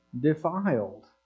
defiled